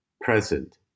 present